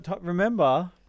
Remember